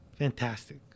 fantastic